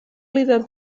líder